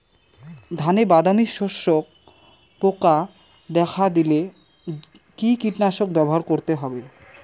ধানে বাদামি শোষক পোকা দেখা দিলে কি কীটনাশক ব্যবহার করতে হবে?